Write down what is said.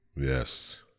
Yes